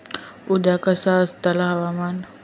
उद्या कसा आसतला हवामान?